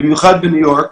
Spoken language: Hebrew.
מיוחד בניו יורק,